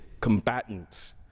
combatants